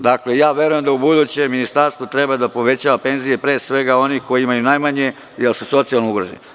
Dakle, ja verujem da ubuduće ministarstvo treba da povećava penzije pre svega onih koji imaju najmanje jer su socijalno ugroženi.